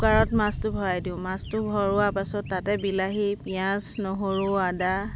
কুকাৰত মাছটো ভৰাই দিওঁ মাছটো ভৰোৱা পাছত তাতে বিলাহী পিঁয়াজ নহৰু আদা